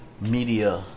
media